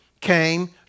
came